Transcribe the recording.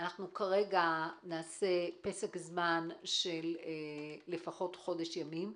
אנחנו כרגע נעשה פסק זמן של לפחות חודש ימים.